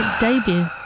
debut